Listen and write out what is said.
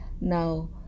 Now